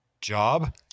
job